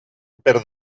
per